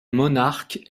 monarques